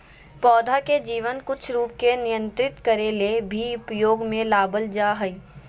पौधा के जीवन कुछ रूप के नियंत्रित करे ले भी उपयोग में लाबल जा हइ